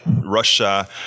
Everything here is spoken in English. Russia